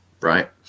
right